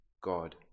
God